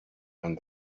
and